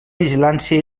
vigilància